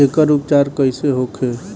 एकर उपचार कईसे होखे?